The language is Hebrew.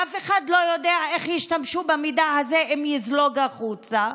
ואף אחד לא יודע איך ישתמשו במידע הזה אם יזלוג החוצה,